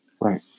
Right